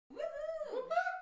Woohoo